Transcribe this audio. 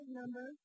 number